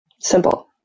simple